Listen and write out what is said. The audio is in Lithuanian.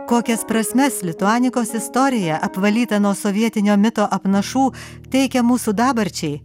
kokias prasmes lituanikos istorija apvalyta nuo sovietinio mito apnašų teikia mūsų dabarčiai